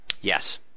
Yes